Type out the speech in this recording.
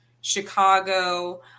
Chicago